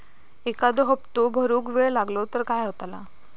एखादो हप्तो भरुक वेळ लागलो तर काय होतला?